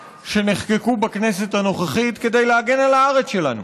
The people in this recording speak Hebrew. שנחקקו בכנסת הנוכחית כדי להגן על הארץ שלנו,